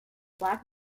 black